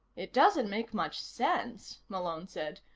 it doesn't make much sense, malone said.